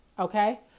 Okay